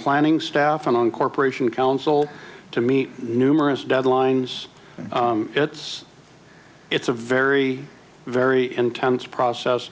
planning staff and on corporation counsel to meet numerous deadlines it's it's a very very intense process